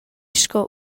sco